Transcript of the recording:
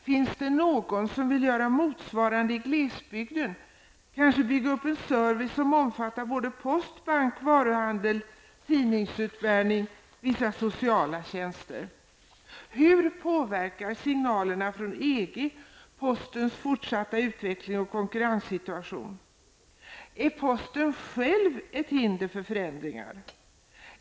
Finns det någon som vill göra motsvarande i glesbygden, kanske bygga upp en service som omfattar såväl post, bank, varuhandel, tidningsutbärning som vissa sociala tjänster? Hur påverkar signalerna från EG postens fortsatta utveckling och konkurrenssituation? Är posten själv ett hinder för förändringar?